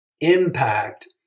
impact